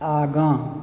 आगाँ